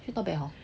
not bad